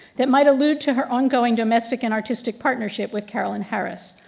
that might allude to her ongoing domestic and artistic partnership with carolyn harris.